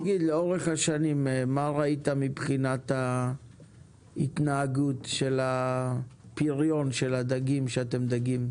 לאורך השנים מה ראית מבחינת ההתנהגות של פריון הדגים בים?